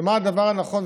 ומה הדבר הנכון,